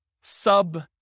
sub